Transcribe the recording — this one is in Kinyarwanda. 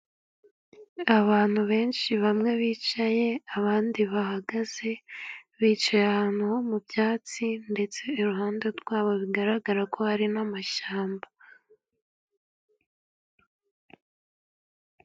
Abantu benshi, bamwe bicaye abandi bahagaze, bicaye ahantu mu byatsi, ndetse iruhande rwabo bigaragarako hari n'amashyamba.